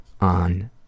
on